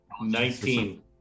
nineteen